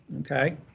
okay